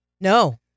No